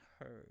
heard